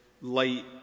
light